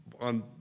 on